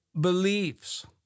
beliefs